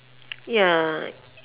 ya